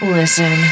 Listen